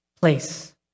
place